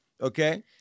Okay